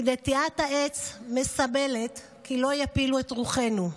כי נטיעת העץ מסמלת כי לא יפילו את רוחנו,